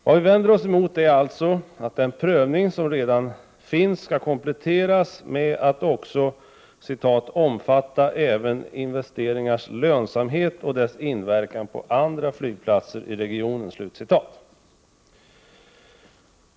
Vad vi vänder oss emot är alltså att den prövning som redan förekommer skall kompletteras med att också ”omfatta även investeringens lönsamhet och dess inverkan på andra flygplatser i regionen”.